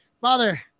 Father